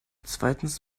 zweitens